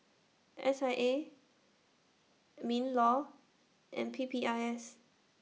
S I A MINLAW and P P I S